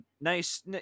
nice